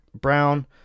Brown